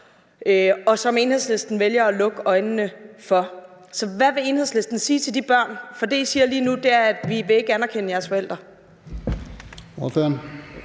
og som Enhedslisten vælger at lukke øjnene for. Hvad vil Enhedslisten sige til de børn? For det, I siger lige nu, er, at vi ikke vil anerkende jeres forældre.